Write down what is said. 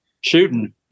shooting